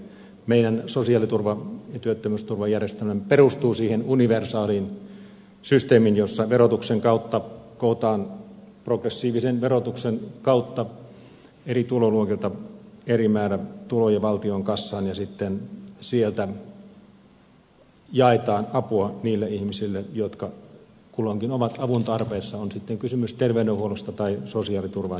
meidän sosiaaliturva ja työttömyysturvajärjestelmämme perustuu siihen universaaliin systeemiin jossa verotuksen kautta kootaan progressiivisen verotuksen kautta eri tuloluokilta eri määrä tuloja valtion kassaan ja sitten sieltä jaetaan apua niille ihmisille jotka kulloinkin ovat avun tarpeessa on sitten kysymys terveydenhuollosta tai sosiaaliturvan järjestämisestä